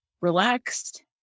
relaxed